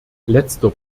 letzter